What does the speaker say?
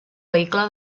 vehicle